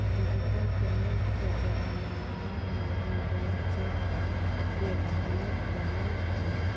digital payment के जमाना में भी बैंक चेक के अहमियत बनल हइ